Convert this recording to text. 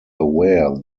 aware